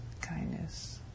kindness